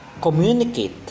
communicate